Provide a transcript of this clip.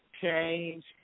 change